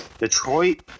Detroit